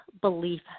belief